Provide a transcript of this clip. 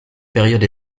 période